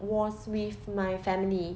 was with my family